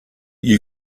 you